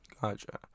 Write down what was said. Gotcha